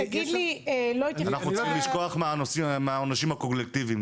אנחנו צריכים לשכוח מהעונשים הקולקטיבים,